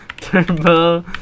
Turbo